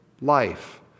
life